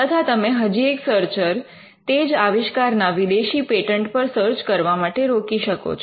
તથા તમે હજી એક સર્ચર તે જ આવિષ્કારના વિદેશી પૅટન્ટ પર સર્ચ કરવા માટે રોકી શકો છો